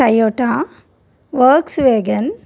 Toyota Volkswagen